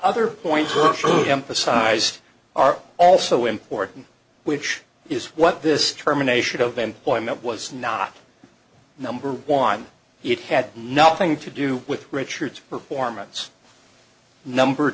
deemphasized are also important which is what this terminations of employment was not number one it had nothing to do with richard's performance number